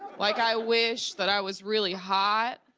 like i wish that i was really hot.